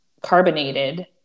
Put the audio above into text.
carbonated